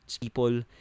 people